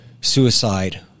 suicide